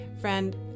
Friend